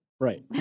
Right